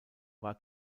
war